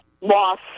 loss